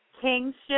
kingship